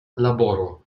laboro